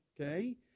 Okay